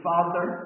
Father